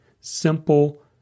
simple